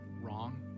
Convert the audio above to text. wrong